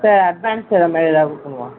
sir advance அந்த மாதிரி ஏதாவது கொடுக்கணுமா